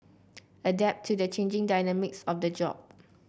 adapt to the changing dynamics of the job